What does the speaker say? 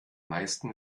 meisten